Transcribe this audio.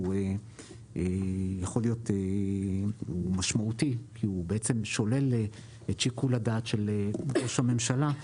שהוא יכול להיות משמעותי ושולל את שיקול הדעת של ראש הממשלה,